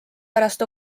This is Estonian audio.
pärast